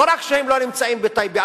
לא רק שהם לא נמצאים בטייבה,